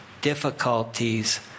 difficulties